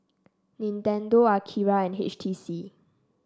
Nintendo Akira and H T C